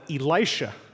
Elisha